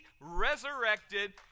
resurrected